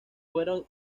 fueron